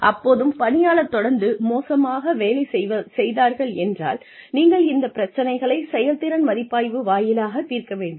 அப்போதும் பணியாளர் தொடர்ந்து மோசமாக வேலை செய்தார்கள் என்றால் நீங்கள் இந்த பிரச்சனைகளை செயல்திறன் மதிப்பாய்வு வாயிலாகத் தீர்க்க வேண்டும்